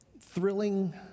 thrilling